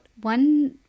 one